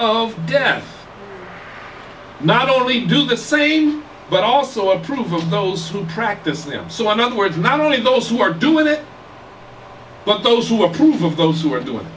that not only do the same but also approve of those who practice it and so on other words not only those who are doing it but those who approve of those who are doing